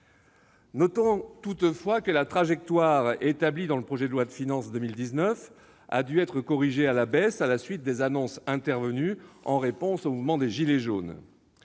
Notons toutefois que la trajectoire établie dans le projet de loi de finances pour 2019 a dû être corrigée à la baisse après les annonces intervenues en réponse au mouvement des « gilets jaunes